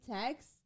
text